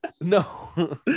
No